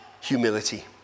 humility